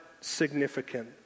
significant